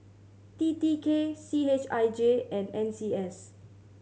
T T K C H I J and N C S